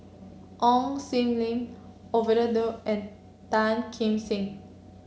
Ong Sam Leong Ovidia Du and Tan Kim Seng